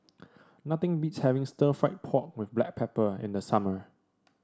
nothing beats having Stir Fried Pork with Black Pepper in the summer